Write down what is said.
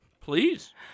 please